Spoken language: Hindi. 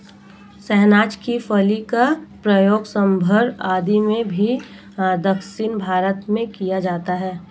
सहजन की फली का प्रयोग सांभर आदि में भी दक्षिण भारत में किया जाता है